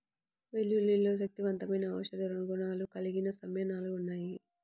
వెల్లుల్లిలో శక్తివంతమైన ఔషధ గుణాలు కలిగిన సమ్మేళనాలు ఉన్నాయి